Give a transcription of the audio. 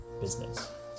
business